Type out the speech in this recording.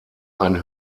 ein